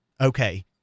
okay